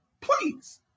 Please